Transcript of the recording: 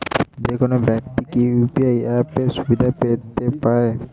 যেকোনো ব্যাক্তি কি ইউ.পি.আই অ্যাপ সুবিধা পেতে পারে?